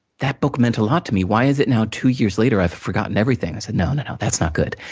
that book meant a lot to me. why is it now, two years later, i've forgotten everything? i said, no, no, no, that's not good.